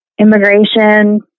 immigration